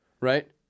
right